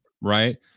right